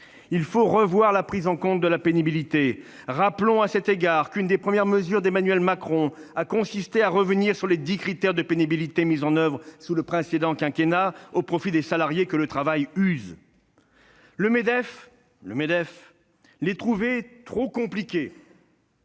Il faut revoir la prise en compte de la pénibilité. Rappelons à cet égard qu'une des premières mesures d'Emmanuel Macron a consisté à revenir sur les dix critères de pénibilité mis en oeuvre sous le précédent quinquennat au profit des salariés que le travail use. Le Medef- le Medef ! -les trouvait trop compliqués-